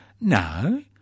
No